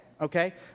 Okay